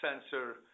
sensor